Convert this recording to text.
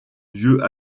lieux